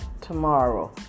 tomorrow